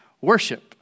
worship